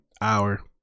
hour